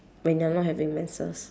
when you're not having menses